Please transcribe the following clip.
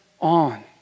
on